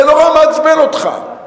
זה נורא מעצבן אותך.